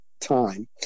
time